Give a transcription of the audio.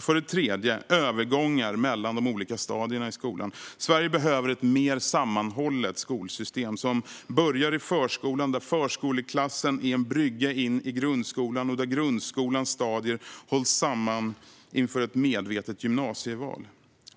För det tredje handlar det om övergångar mellan de olika stadierna i skolan. Sverige behöver ett mer sammanhållet skolsystem, som börjar i förskolan. Förskoleklassen är en brygga till grundskolan, och grundskolans stadier hålls samman inför ett medvetet gymnasieval.